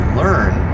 learn